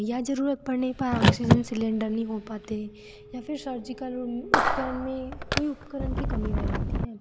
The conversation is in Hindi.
या ज़रूरत पड़ने पर आक्सीजन सिलेंडर नहीं हो पाते या फिर सर्जिकल उपकरण में कोई उपकरण की कमी रह जाती है